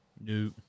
No